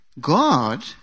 God